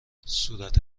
صورت